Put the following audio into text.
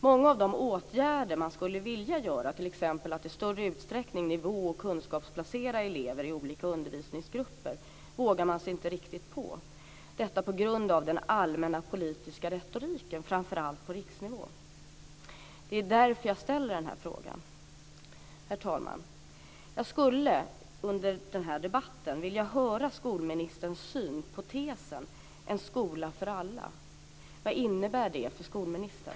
Många av de åtgärder de skulle vilja vidta - t.ex. att i större utsträckning nivå och kunskapsplacera elever i olika undervisningsgrupper - vågar man sig inte riktigt på, detta på grund av den allmänna politiska retoriken framför allt på riksnivå. Det är därför jag ställer denna fråga. Herr talman! Jag skulle under denna debatt vilja höra skolministerns syn på tesen "En skola för alla". Vad innebär det för skolministern?